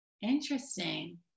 Interesting